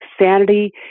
sanity